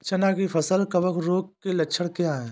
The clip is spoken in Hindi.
चना की फसल कवक रोग के लक्षण क्या है?